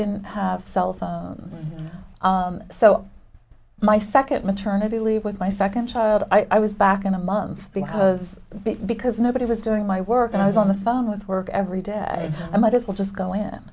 didn't have cell phones so my second maternity leave with my second child i was back in a month because because nobody was doing my work and i was on the phone with work every day i might as well just go in